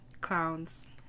Clowns